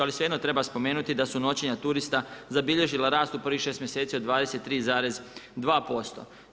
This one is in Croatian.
Ali svejedno treba spomenuti da su noćenja turista zabilježila rast u prvih šest mjeseci od 23,2%